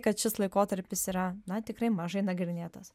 kad šis laikotarpis yra na tikrai mažai nagrinėtas